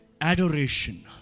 Adoration